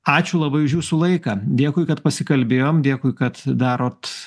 ačiū labai už jūsų laiką dėkui kad pasikalbėjom dėkui kad darot